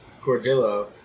Cordillo